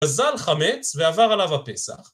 ‫אזל חמץ ועבר עליו הפסח.